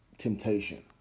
temptation